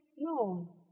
no